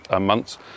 months